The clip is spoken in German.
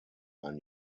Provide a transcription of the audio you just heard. ein